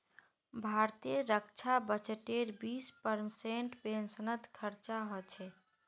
भारतेर रक्षा बजटेर बीस परसेंट पेंशनत खरचा ह छेक